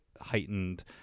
heightened